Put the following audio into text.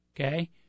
okay